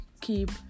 keep